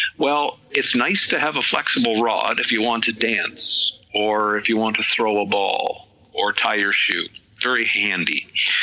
well it's nice to have a flexible rod if you want to dance, or if you want to throw a ball, or tie your shoe, very handy,